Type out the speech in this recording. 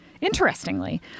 Interestingly